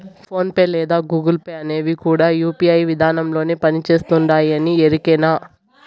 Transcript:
phone pay లేదా Google Pay అనేవి కూడా యూ.పీ.ఐ విదానంలోనే పని చేస్తుండాయని ఎరికేనా